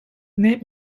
name